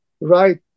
right